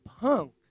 punk